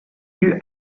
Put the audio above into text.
due